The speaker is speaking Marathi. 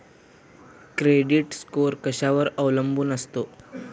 क्रेडिट स्कोअर कशावर अवलंबून असतो?